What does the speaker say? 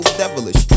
devilish